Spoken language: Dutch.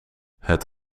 het